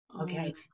Okay